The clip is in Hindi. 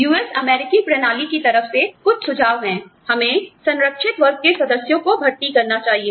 US अमेरिकी प्रणाली की तरफ से कुछ सुझाव हैं हमें संरक्षित वर्ग के सदस्यों को भर्ती करना चाहिए